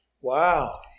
Wow